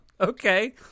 Okay